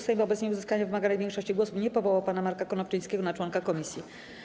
Sejm wobec nieuzyskania wymaganej większości głosów nie powołał pana Marka Konopczyńskiego na członka komisji.